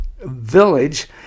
village